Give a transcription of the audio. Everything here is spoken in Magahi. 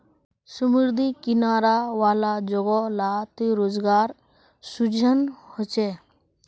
समुद्री किनारा वाला जोगो लात रोज़गार सृजन होचे